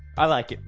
i like it